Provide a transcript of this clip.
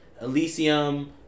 Elysium